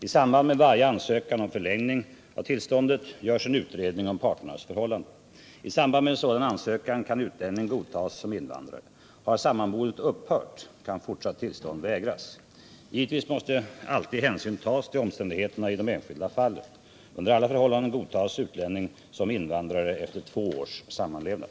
I samband med varje ansökan om förlängning av tillståndet görs en utredning om parternas förhållande. I samband med en sådan ansökan kan utlänningen godtas som invandrare. Har sammanboendet upphört kan fortsatt tillstånd vägras. Givetvis måste alltid hänsyn tas till omständigheterna i det enskilda fallet. Under alla förhållanden godtas utlänningen som invandrare efter två års sammanlevnad.